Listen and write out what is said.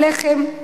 הלחם,